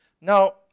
now